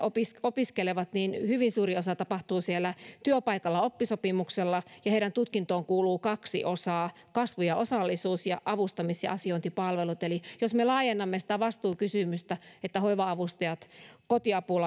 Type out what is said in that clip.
opiskelevat hyvin suuri osa tapahtuu siellä työpaikalla oppisopimuksella ja heidän tutkintoonsa kuuluu kaksi osaa kasvu ja osallisuus ja avustamis ja asiointipalvelut eli jos me laajennamme sitä vastuukysymystä että hoiva avustajat